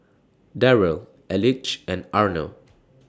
Darrell Elige and Arno